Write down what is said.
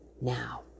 now